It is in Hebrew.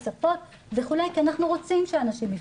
כי אנחנו רוצים שאנשים יפנו,